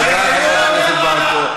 תודה, חברת הכנסת ברקו.